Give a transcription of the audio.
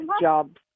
jobs